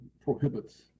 prohibits